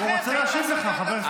הוא רוצה להשיב לך.